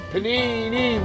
Panini